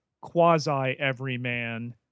quasi-everyman